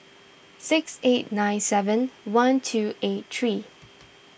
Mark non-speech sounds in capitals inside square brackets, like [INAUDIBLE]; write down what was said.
six eight nine seven one two eight three [NOISE]